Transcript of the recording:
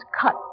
cut